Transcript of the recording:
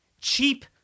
Cheap